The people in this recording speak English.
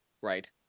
Right